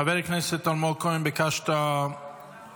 חבר הכנסת אלמוג כהן, ביקשת עמדה